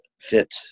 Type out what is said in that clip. fit